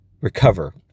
recover